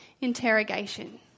interrogation